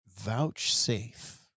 vouchsafe